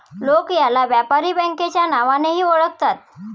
लोक याला व्यापारी बँकेच्या नावानेही ओळखतात